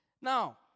Now